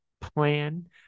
plan